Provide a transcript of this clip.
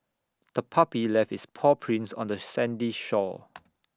the puppy left its paw prints on the sandy shore